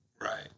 Right